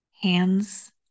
hands